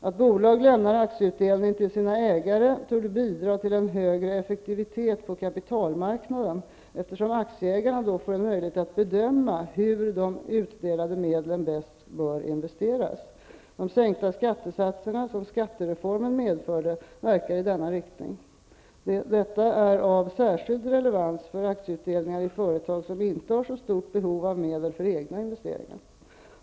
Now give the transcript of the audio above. Att bolag lämnar aktieutdelning till sina ägare torde bidra till högre effektivitet på kapitalmarknaden, eftersom aktieägarna då får en möjlighet att bedöma hur de utdelade medlen bäst bör investeras. De sänkta skattesatser som skattereformen medförde verkar i denna riktning. Detta är av särskild relevans för aktieutdelningar i företag som inte har så stort behov av medel för egna investeringar.